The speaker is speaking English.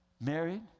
married